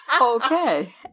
Okay